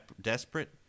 desperate